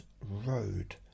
road